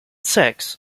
sex